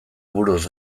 buruz